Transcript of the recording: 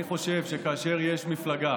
אני חושב שכאשר יש מפלגה